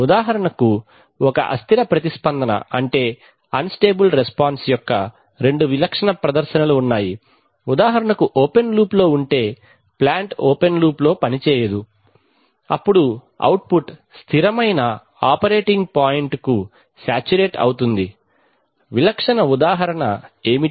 ఉదాహరణకు ఒక అస్థిర ప్రతిస్పందన అంటే అన్ స్టేబుల్ రెస్పాన్స్ యొక్క రెండు విలక్షణ ప్రదర్శనలు ఉన్నాయి ఉదాహరణకు ఓపెన్ లూప్లో ఉంటే ప్లాంట్ ఓపెన్ లూప్లో పనిచేయదు అప్పుడు అవుట్పుట్ స్థిరమైన ఆపరేటింగ్ పాయింట్కు సాచ్యురేట్ అవుతుంది విలక్షణ ఉదాహరణ ఏమిటి